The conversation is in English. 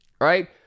right